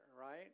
right